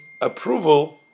approval